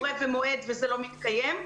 מורה ומועד וזה לא מתקיים.